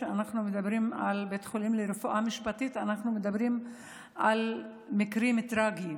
כשאנחנו מדברים על רפואה משפטית אנחנו מדברים על מקרים טרגיים.